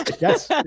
Yes